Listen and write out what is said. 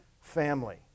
family